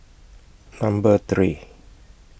Number three